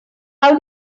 how